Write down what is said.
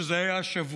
שזה היה השבוע.